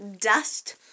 dust